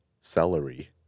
celery